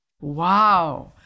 Wow